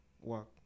work